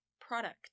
product